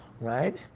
right